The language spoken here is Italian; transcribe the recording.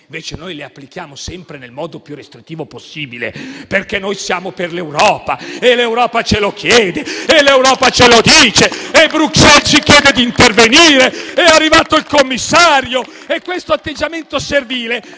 interessi, le applichiamo sempre nel modo più restrittivo possibile, perché noi siamo per l'Europa ed è l'Europa che ce lo chiede, è l'Europa che ce lo dice, è Bruxelles che ci chiede di intervenire ed è arrivato il commissario... Questo atteggiamento servile